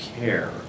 care